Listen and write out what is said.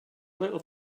little